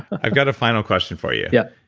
i've got a final question for you yeah.